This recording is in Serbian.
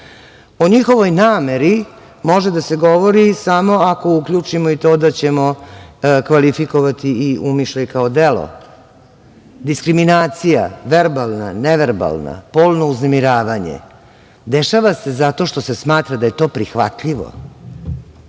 njihovoj nameri može da se govori samo ako uključimo i to da ćemo kvalifikovati i umišljaj kao delo. Diskriminacija, verbalna, neverbalna, polno uznemiravanje, dešava se zato što se smatra da je to prihvatljivo.